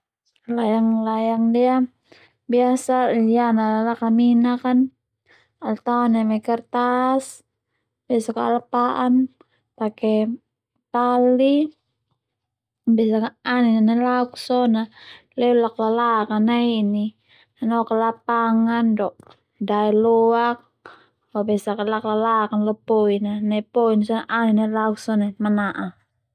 Layang-layang ndia biasa liana lakaminak an ala taon neme kertas, besak al pa'an pake tali besak ka anin nelauk sona leu laklakak an nai ini noka lapangan do dae loak ho besak laklakak an lo poin ha neu poin a sone anin nelauk sone mana'a.